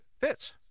Fits